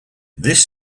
this